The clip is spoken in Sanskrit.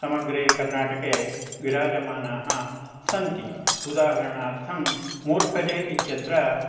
समग्रे कर्नाटके विराजमानाः सन्ति उदाहरणार्थं मूर्कजे इत्यत्र